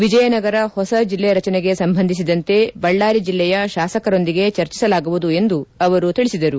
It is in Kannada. ವಿಜಯನಗರ ಹೊಸ ಜಿಲ್ಲೆ ರಚನೆಗೆ ಸಂಬಂಧಿಸಿದಂತೆ ಬಳ್ಳಾರಿ ಜಿಲ್ಲೆಯ ಶಾಸಕರೊಂದಿಗೆ ಚರ್ಚಿಸಲಾಗುವುದು ಎಂದು ಅವರು ಹೇಳಿದರು